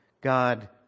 God